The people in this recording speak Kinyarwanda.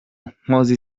nkozi